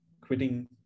quitting